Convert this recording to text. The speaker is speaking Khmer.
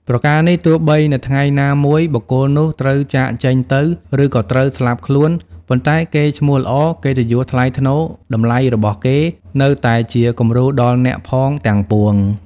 ប្រការនេះ ទោះបីនៅថ្ងៃណាមួយបុគ្គលនោះត្រូវចាកចេញទៅ ឬក៏ត្រូវស្លាប់ខ្លួន ប៉ុន្តែកេរ្តិ៍ឈ្មោះល្អ កិត្តិយសថ្លៃថ្នូរ តម្លៃរបស់គេ នៅតែជាគំរូដល់អ្នកផងទាំងពួង។